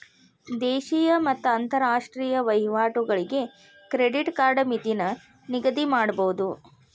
ದೇಶೇಯ ಮತ್ತ ಅಂತರಾಷ್ಟ್ರೇಯ ವಹಿವಾಟುಗಳಿಗೆ ಕ್ರೆಡಿಟ್ ಕಾರ್ಡ್ ಮಿತಿನ ನಿಗದಿಮಾಡಬೋದು